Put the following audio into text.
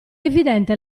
evidente